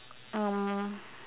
um